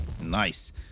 nice